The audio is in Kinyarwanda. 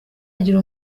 agira